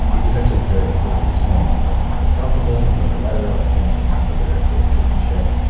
it was actually very quickly responded to by the local councilman who wrote a letter like thanking them for their good citizenship.